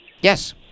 Yes